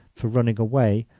for running away,